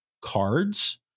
cards